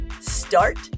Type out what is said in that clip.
Start